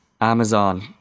Amazon